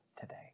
today